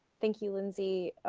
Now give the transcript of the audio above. thank you, lindsay.